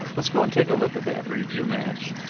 let's go and take a look at that, review match.